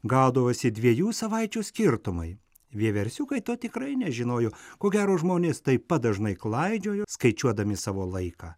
gaudavosi dviejų savaičių skirtumai vieversiukai to tikrai nežinojo ko gero žmonės taip pat dažnai klaidžiojo skaičiuodami savo laiką